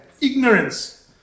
Ignorance